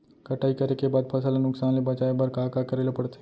कटाई करे के बाद फसल ल नुकसान ले बचाये बर का का करे ल पड़थे?